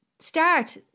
Start